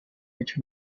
which